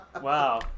wow